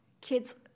kids